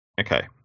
Okay